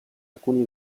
alcuni